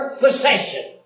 possession